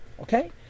Okay